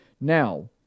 Now